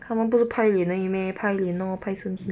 他们不是拍脸而已 meh 拍脸 lor 拍身体